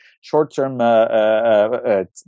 short-term